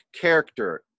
character